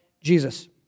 Jesus